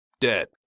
dead